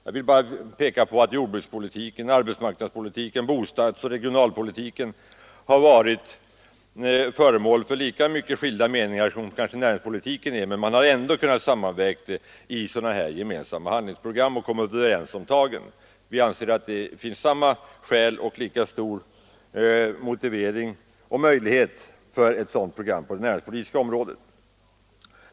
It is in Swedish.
Jag vill bara peka på att jordbrukspolitiken, arbetsmarknadspolitiken, bostadspolitiken och regionalpolitiken har varit föremål för lika skilda meningar som näringspolitiken men att man ändå kunnat sammanväga uppfattningarna i gemensamma handlingsprogram. Vi anser att det finns lika stor motivering för och möjlighet till ett sådant program på det näringspolitiska området.